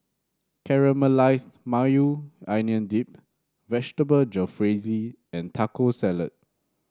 Caramelized Maui Onion Dip Vegetable Jalfrezi and Taco Salad